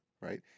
Right